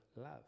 love